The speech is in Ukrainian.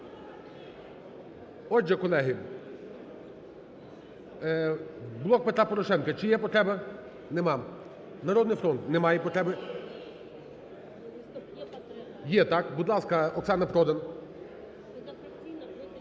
Отже, колеги, "Блок Петра Порошенка", чи є потреба? Немає. "Народний фронт"? Немає потреби. Є потреба? Будь ласка, Оксана Продан.